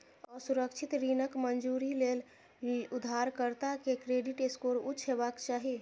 असुरक्षित ऋणक मंजूरी लेल उधारकर्ता के क्रेडिट स्कोर उच्च हेबाक चाही